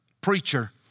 preacher